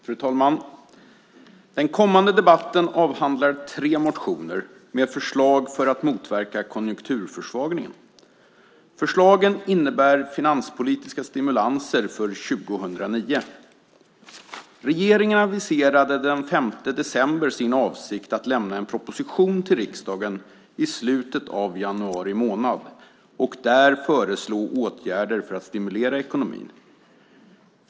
Fru talman! Den kommande debatten avhandlar tre motioner med förslag för att motverka konjunkturförsvagningen. Förslagen innebär finanspolitiska stimulanser för 2009. Regeringen aviserade den 5 december sin avsikt att lämna en proposition till riksdagen i slutet av januari månad och där föreslå åtgärder för att stimulera ekonomin.